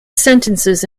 sentences